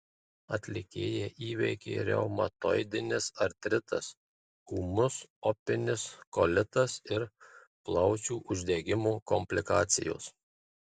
atlikėją įveikė reumatoidinis artritas ūmus opinis kolitas ir plaučių uždegimo komplikacijos